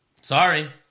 Sorry